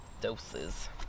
Doses